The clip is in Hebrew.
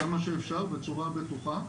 כמה שאפשר בצורה בטוחה,